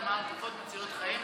הורדת המע"מ על תרופות מצילות חיים,